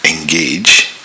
engage